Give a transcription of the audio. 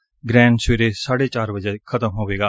ਇਹ ਗ੍ਹਹਣ ਸਵੇਰੇ ਸਾਢੇ ਚਾਰ ਵਜੇ ਖ਼ਤਮ ਹੋਵੇਗਾ